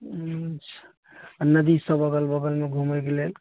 अच्छा नदी सब बगल बगलमे घुमैके लेल